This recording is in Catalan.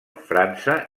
frança